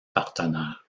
partenaire